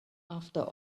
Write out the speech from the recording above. after